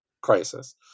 crisis